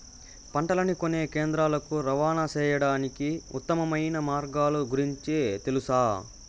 పంటలని కొనే కేంద్రాలు కు రవాణా సేయడానికి ఉత్తమమైన మార్గాల గురించి తెలుసా?